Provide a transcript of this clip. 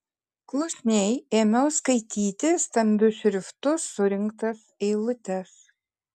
klusniai ėmiau skaityti stambiu šriftu surinktas eilutes